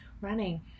running